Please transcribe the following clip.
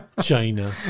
China